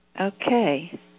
Okay